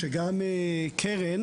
שגם קרן,